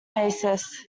basis